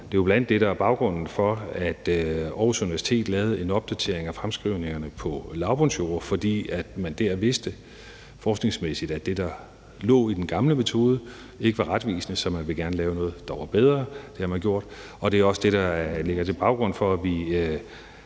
Det er jo bl.a. det, der er baggrunden for, at Aarhus Universitet lavede en opdatering af fremskrivningerne på lavbundsjorder, altså fordi man dér vidste forskningsmæssigt, at det, der lå i den gamle metode, ikke var retvisende, så man ville gerne lave noget, der var bedre. Det har man gjort. Og det er også det, der ligger til grund for, at vi